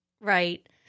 Right